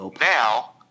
now